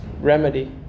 remedy